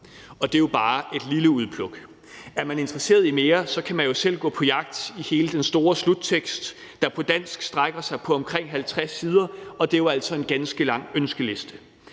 Og det er jo bare et lille udpluk. Er man interesseret i at se mere, kan man jo selv gå på jagt i hele den store sluttekst, der på dansk strækker sig over omkring 50 sider, og det er jo altså en ganske lang ønskeliste.